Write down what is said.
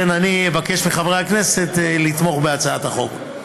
לכן, אני אבקש מחברי הכנסת לתמוך בהצעת החוק.